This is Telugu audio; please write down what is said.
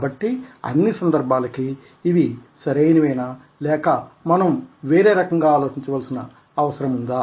కాబట్టి అన్ని సందర్భాలకీ ఇవి సరిఅయినవేనా లేక మనం వేరే రకంగా ఆలోచించవలసిన అవసరముందా